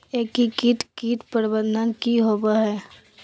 एकीकृत कीट प्रबंधन की होवय हैय?